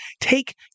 Take